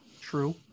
True